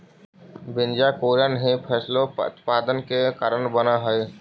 बीजांकुरण ही फसलोत्पादन के कारण बनऽ हइ